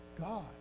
God